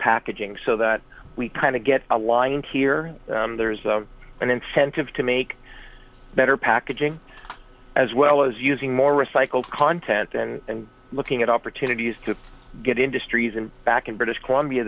packaging so that we kind of get a line here there is an incentive to make better packaging as well as using more recycled content and looking at opportunities to get industries and back in british columbia